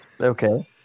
Okay